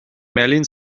merlin